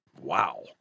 Wow